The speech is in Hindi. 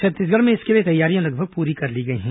छत्तीसगढ़ में इसके लिए तैयारियां लगभग पूरी कर ली गई हैं